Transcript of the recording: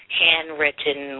handwritten